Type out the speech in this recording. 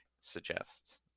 suggests